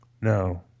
no